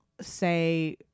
say